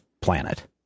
planet